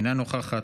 אינה נוכחת,